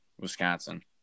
Wisconsin